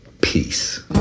Peace